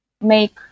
make